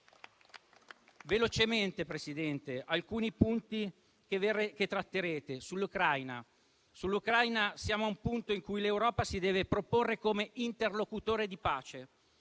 Velocemente, Presidente, alcuni punti che tratterete. Sull'Ucraina siamo a un punto in cui l'Europa si deve proporre come interlocutore di pace.